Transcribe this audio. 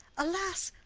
alas,